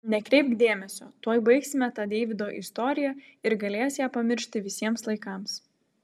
nekreipk dėmesio tuoj baigsime tą deivydo istoriją ir galės ją pamiršti visiems laikams